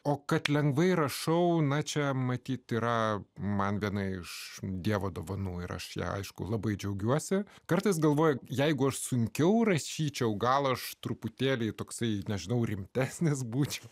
o kad lengvai rašau na čia matyt yra man viena iš dievo dovanų ir aš ją aišku labai džiaugiuosi kartais galvoju jeigu aš sunkiau rašyčiau gal aš truputėlį toksai nežinau rimtesnis būčiau